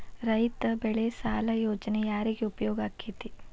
ರೈತ ಬೆಳೆ ಸಾಲ ಯೋಜನೆ ಯಾರಿಗೆ ಉಪಯೋಗ ಆಕ್ಕೆತಿ?